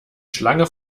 schlange